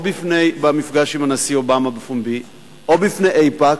או במפגש עם הנשיא אובמה בפומבי, או בפני איפא"ק,